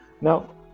Now